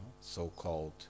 so-called